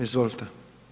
Izvolite.